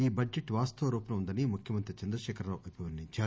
ఈ బడ్షెట్ వాస్తవ రూపంలో ఉందని ముఖ్యమంత్రి చంద్రశేఖర్ రావు అభివర్ణించారు